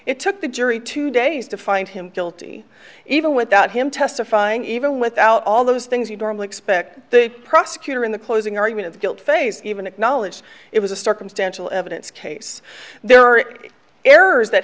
it took the jury two days to find him guilty even without him testifying even without all those things you'd normally expect the prosecutor in the closing argument of the guilt phase even acknowledge it was a circumstantial evidence case there are errors that